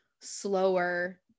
slower